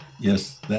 Yes